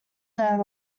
than